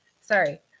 sorry